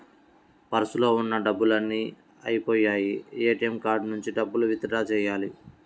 పర్సులో ఉన్న డబ్బులన్నీ అయ్యిపొయ్యాయి, ఏటీఎం కార్డు నుంచి డబ్బులు విత్ డ్రా చెయ్యాలి